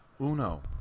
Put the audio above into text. Uno